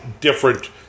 different